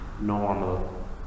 normal